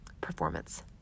performance